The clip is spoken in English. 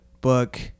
book